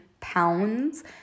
pounds